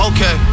Okay